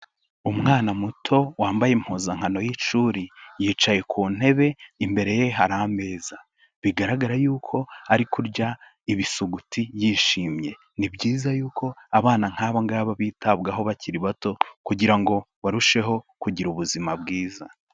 Umwana muto wambaye impuzankano y'ishuri yicaye ku ntebe, imbere ye hari ameza. Bigaragara yuko ari kurya ibisuguti yishimye. Ni byiza yuko abana nk'aba ngaba bitabwaho bakiri bato kugira ngo barusheho kugira ubuzima bwiza.